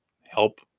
help